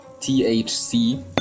THC